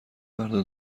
فردا